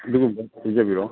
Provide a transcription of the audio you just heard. ꯑꯗꯨꯒꯨꯝꯕ ꯄꯤꯖꯕꯤꯔꯣ